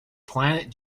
planet